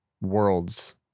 worlds